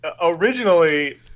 originally